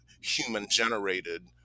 human-generated